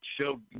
show